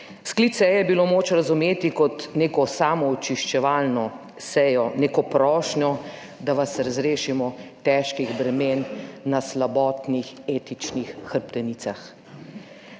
Sklic seje je bilo moč razumeti kot neko samoočiščevalno sejo, neko prošnjo, da vas razrešimo težkih bremen na slabotnih etičnih hrbtenicah.